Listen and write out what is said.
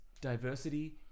Diversity